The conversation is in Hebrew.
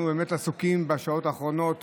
אנחנו עסוקים בשעות האחרונות